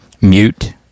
Mute